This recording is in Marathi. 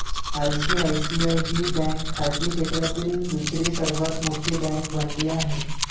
आय.सी.आय.सी.आय ही बँक खाजगी क्षेत्रातील दुसरी सर्वात मोठी बँक बनली आहे